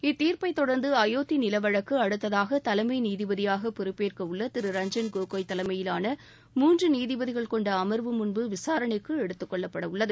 இத்தீர்ப்பை தொடர்ந்து அயோத்தி நில வழக்கு அடுத்ததாக தலைமை நீதிபதியாக பொறுப்பேற்க உள்ள திரு ரஞ்சன் கோகோய் தலைமையிலான மூன்று நீதிபதிகள் கொண்ட அம்வு முன்பு விசாரணைக்கு எடுத்துக் கொள்ளப்பட இருக்கிறது